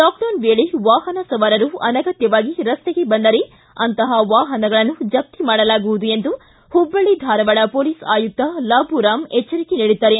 lockdown ವೇಳೆ ವಾಹನ ಸವಾರರು ಅನಗತ್ಯವಾಗಿ ರಸ್ತೆಗೆ ಬಂದರೆ ಅಂತಹ ವಾಹನಗಳನ್ನು ಜಪ್ತಿ ಮಾಡಲಾಗುವುದು ಎಂದು ಹುಬ್ಬಳ್ಳಿ ಧಾರವಾಡ ಹೊಲೀಸ್ ಆಯುಕ್ತ ಲಾಬೂರಾಮ ಎಚ್ಚರಿಕೆ ನೀಡಿದ್ದಾರೆ